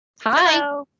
Hi